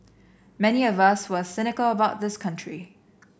many of us who are cynical about this country